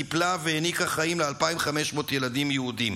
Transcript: טיפלה והעניקה חיים ל-2,500 ילדים יהודים.